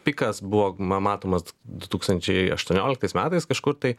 pikas buvo ma matomas du tūkstančiai aštuonioliktais metais kažkur tai